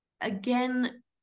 again